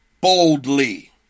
boldly